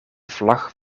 vlag